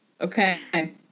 Okay